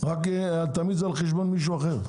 תמיד זה על חשבון מישהו אחר.